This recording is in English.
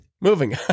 Moving